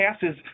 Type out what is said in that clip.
passes